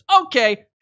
Okay